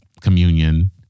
communion